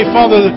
Father